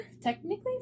Technically